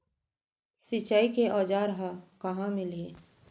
सिंचाई के औज़ार हा कहाँ मिलही?